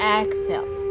exhale